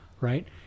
Right